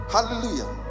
Hallelujah